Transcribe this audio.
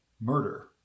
murder